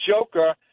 joker